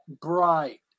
bright